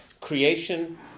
creation